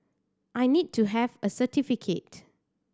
I need to have a certificate